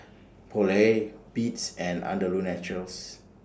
Poulet Beats and Andalou Naturals